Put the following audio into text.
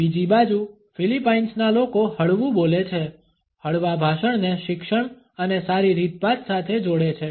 બીજી બાજુ ફિલિપાઇન્સના લોકો હળવું બોલે છે હળવા ભાષણને શિક્ષણ અને સારી રીતભાત સાથે જોડે છે